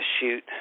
shoot